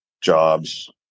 jobs